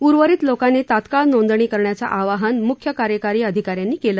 उर्वरीत लोकांनी तात्काळ नोंदणी करण्याचे आवाहन मुख्य कार्यकारी अधिकारी यांनी केले